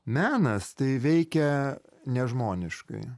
menas tai veikia nežmoniškai